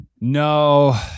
No